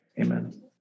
Amen